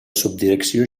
subdirecció